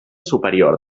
superior